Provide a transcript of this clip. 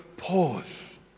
Pause